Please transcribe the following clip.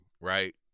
right